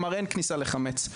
אמר: אין כניסה לחמץ,